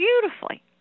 beautifully